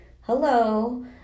Hello